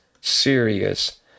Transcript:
serious